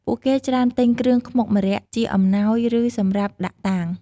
ពួកគេច្រើនទិញគ្រឿងខ្មុកម្រ័ក្សណ៍ជាអំណោយ ឬ សម្រាប់ដាក់តាំង។